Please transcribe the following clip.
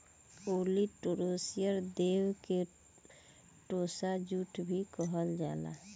olitorius देव के tossa jute भी कहल जाला